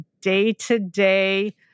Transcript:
day-to-day